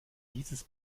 dieses